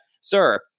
sir